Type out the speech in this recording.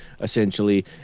essentially